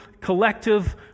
collective